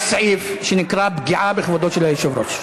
יש סעיף שנקרא: פגיעה בכבודו של היושב-ראש.